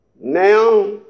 Now